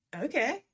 Okay